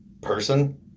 person